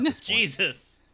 Jesus